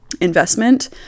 investment